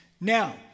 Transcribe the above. Now